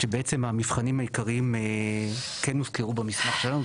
שבעצם המבחנים העיקריים שכן הוזכרו במסמך שלנו,